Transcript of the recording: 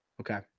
Okay